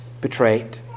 betrayed